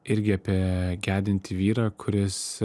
irgi apie gedintį vyrą kuris